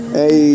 Hey